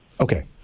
Okay